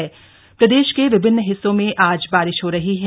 मौसम प्रदेश के विभिन्न हिस्सों में आज बारिश हो रही है